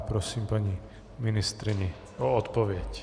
Prosím paní ministryni o odpověď.